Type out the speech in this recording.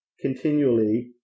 continually